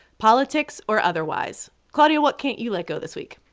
politics or otherwise. claudia, what can't you let go this week?